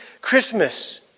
Christmas